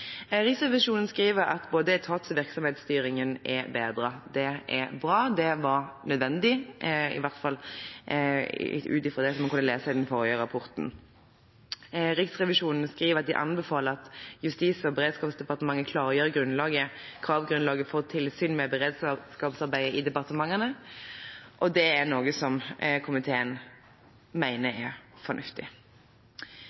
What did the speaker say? Riksrevisjonen skriver at både etats- og virksomhetsstyringen er bedret. Det er bra. Det var nødvendig, i hvert fall ut fra det en kunne lese i den forrige rapporten. Riksrevisjonen skriver at de anbefaler at Justis- og beredskapsdepartementet klargjør kravgrunnlaget for tilsyn med beredskapsarbeid i departementene. Det er noe som komiteen